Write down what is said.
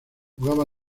jugaba